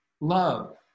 love